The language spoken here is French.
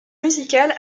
musicale